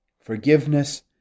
Forgiveness